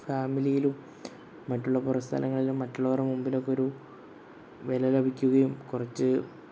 ഫാമിലിയിലും മറ്റുള്ള പുറം സ്ഥലങ്ങളിലും മറ്റുള്ളവരെ മുമ്പിലൊക്കെ ഒരു വില ലഭിക്കുകയും കുറച്ചു